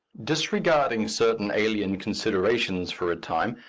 disregarding certain alien considerations for a time,